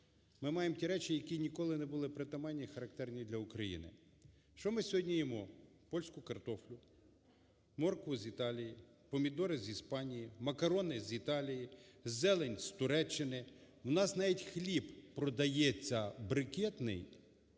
Ми маємо ті речі, які ніколи не були притаманні і характерні для України. Що ми сьогодні їмо? Польську картоплю, моркву з Італії, помідори з Іспанії, макарони з Італії, зелень з Туреччини, у нас навіть хліб продається брикетний